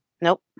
nope